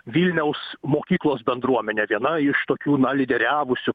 vilniaus mokyklos bendruomenė viena iš tokių lyderiavusių